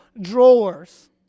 drawers